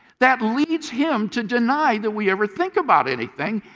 that leads him to deny that we ever think about anything.